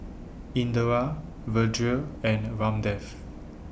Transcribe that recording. Indira Vedre and Ramdev